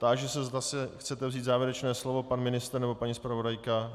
Táži se, zda si chce vzít závěrečné slovo pan ministr nebo paní zpravodajka.